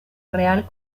real